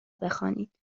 بخوانید